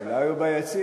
אולי הוא ביציע.